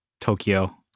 tokyo